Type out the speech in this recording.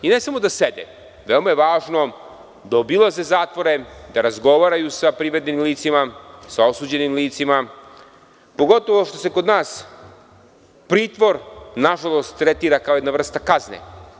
I ne samo da sede, veoma je važno da obilaze zatvore, da razgovaraju sa privedenim licima, sa osuđenim licima, pogotovo što se kod nas pritvor nažalost, tretira kao jedna vrsta kazne.